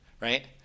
right